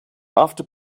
after